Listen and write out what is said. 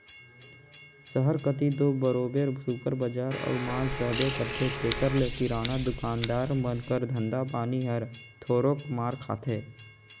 सहर कती दो बरोबेर सुपर बजार अउ माल रहबे करथे तेकर ले किराना दुकानदार मन कर धंधा पानी हर थोरोक मार खाथे